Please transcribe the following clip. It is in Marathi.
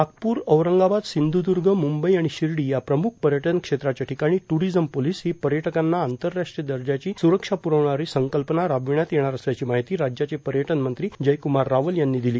नागपूर औरंगाबाद सिंध्दर्ग मंबई आणि शिर्डी या प्रम्ख पर्यटन क्षेत्रांच्या ठिकाणी ेट्रीझम पोलिस ही पर्यटकांना आंतरराष्ट्रीय दर्जाची सुरक्षा प्रवणारी संकल्पना राबवण्यात येणार असल्याची माहिती राज्याचे पर्यटनमंत्री जयक्मार रावल यांनी दिली